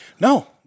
no